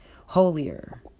holier